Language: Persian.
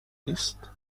نیست